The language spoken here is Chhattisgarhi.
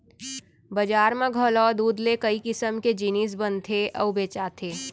बजार म घलौ दूद ले कई किसम के जिनिस बनथे अउ बेचाथे